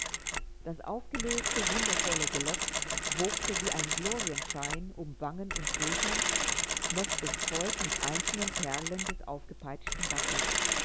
das aufgelöste wundervolle gelock wogte wie ein glorienschein um wangen und schultern noch bestreut mit einzelnen perlen des aufgepeitschten wassers